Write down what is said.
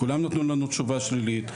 כולן נתנו לנו תשובה שלילית.